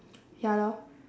ya lor